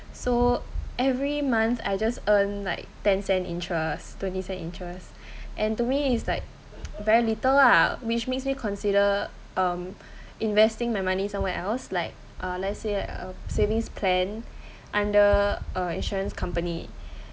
so every month I just earn like ten cent interest twenty cent interest and to me is like very little lah which makes me consider um investing my money somewhere else like uh let say a savings plan under uh insurance company